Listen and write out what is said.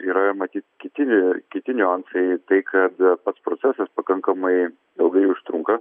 yra ir matyt kiti kiti niuansai tai kad pats procesas pakankamai ilgai užtrunka